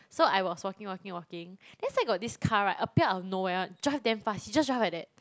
so I was walking walking walking then side got this car right appear out of nowhere one drive damn fast he just drive like that